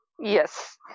Yes